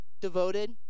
devoted